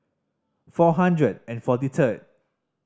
four hundred and forty third